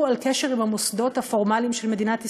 על קשר עם המוסדות הפורמליים של מדינת ישראל,